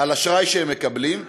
על האשראי שהם מקבלים,